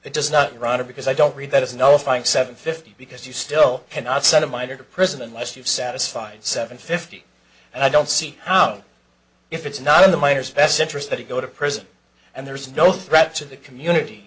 it does not run or because i don't read that is no fine seven fifty because you still cannot send a minor to prison unless you've satisfied seven fifty and i don't see how and if it's not in the mayor's best interest that he go to prison and there's no threat to the community